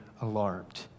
alarmed